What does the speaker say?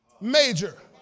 Major